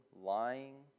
lying